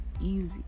easy